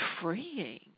freeing